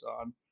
on